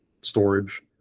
storage